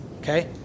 okay